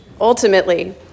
Ultimately